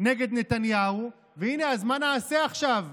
נגד נתניהו, והינה, אז מה נעשה עכשיו?